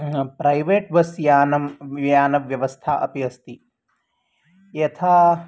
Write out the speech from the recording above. private bus यानं यानव्यवस्था अपि अस्ति यथा